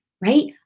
Right